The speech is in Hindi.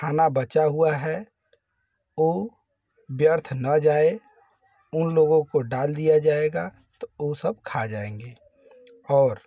खाना बचा हुआ है वह व्यर्थ ना जाए उन लोगों को डाल दिया जाएगा तो वे सब खा जाएँगे और